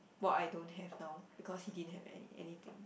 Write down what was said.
what I don't have now because he didn't have any anything